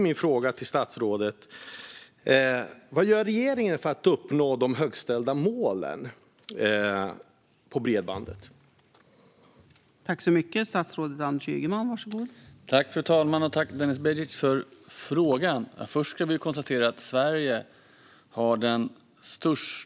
Min fråga till statsrådet blir därför: Vad gör regeringen för att uppnå de högt ställda bredbandsmålen?